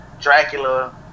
Dracula